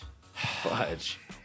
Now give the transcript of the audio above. Fudge